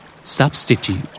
Substitute